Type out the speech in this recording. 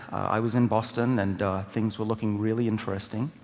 i was in boston and things were looking really interesting.